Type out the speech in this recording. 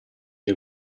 dei